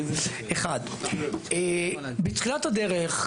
בתחילת הדרך,